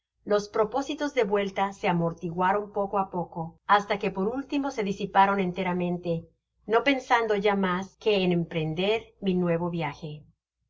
los propósitos de vuelta se amortiguaron poco á poco hasta que por último se disiparon enteramente no pensando ya mas que en emprender mi nuevo viaje